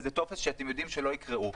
באיזה טופס שאתם יודעים שלא יקראו.